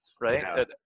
Right